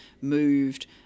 moved